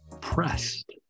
pressed